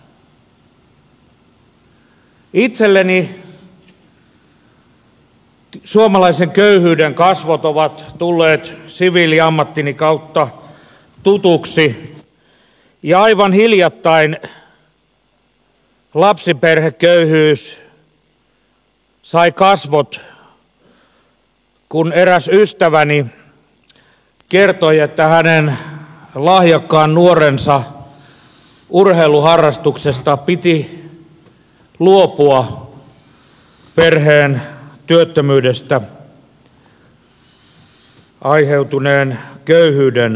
itselleni suomalaisen köyhyyden kasvot ovat tulleet siviiliammattini kautta tutuiksi ja aivan hiljattain lapsiperheköyhyys sai kasvot kun eräs ystäväni kertoi että hänen lahjakkaan nuorensa urheiluharrastuksesta piti luopua perheen työttömyydestä aiheutuneen köyhyyden vuoksi